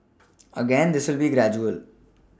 again this will be gradual